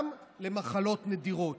גם מחלות נדירות,